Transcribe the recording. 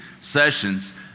sessions